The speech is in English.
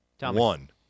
One